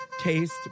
taste